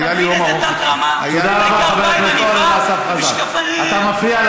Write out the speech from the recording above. יודע רק לבקר.